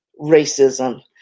racism